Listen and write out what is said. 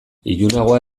ilunagoa